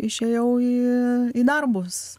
išėjau į į darbus